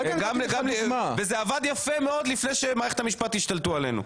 זה עבד יפה מאוד לפני שמערכת המשפט השתלטה עלינו.